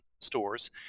stores